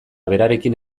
berarekin